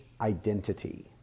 identity